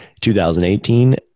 2018